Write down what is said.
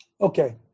Okay